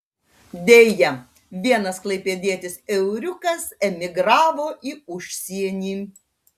deja vienas klaipėdietis euriukas emigravo į užsienį